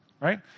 right